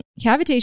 cavitation